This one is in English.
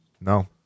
no